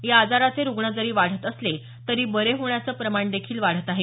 या आजाराचे रूग्ण जरी वाढत असले तरी बरे होण्याचे प्रमाण देखील वाढत आहे